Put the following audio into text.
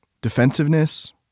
defensiveness